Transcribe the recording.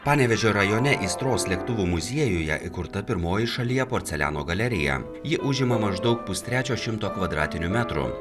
panevėžio rajone aistros lėktuvų muziejuje įkurta pirmoji šalyje porceliano galerija ji užima maždaug pustrečio šimto kvadratinių metrų